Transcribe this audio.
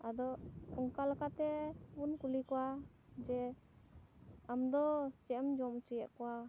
ᱟᱫᱚ ᱚᱱᱠᱟ ᱞᱮᱠᱟᱛᱮ ᱵᱚᱱ ᱠᱩᱞᱤ ᱠᱚᱣᱟ ᱡᱮ ᱟᱢ ᱫᱚ ᱪᱮᱫᱮᱢ ᱡᱚᱢ ᱚᱪᱚᱭᱮᱫ ᱠᱚᱣᱟ